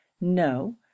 no